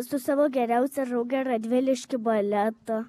su savo geriausia drauge radviliške baletą